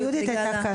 יהודית הייתה כאן.